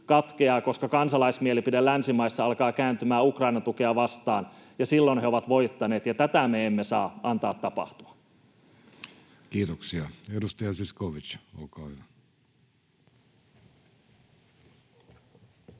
koska kansalaismielipide länsimaissa alkaa kääntymään Ukrainan tukea vastaan, ja silloin he ovat voittaneet, ja tätä me emme saa antaa tapahtua. Kiitoksia. — Edustaja Zyskowicz, olkaa hyvä.